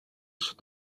should